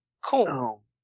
Cool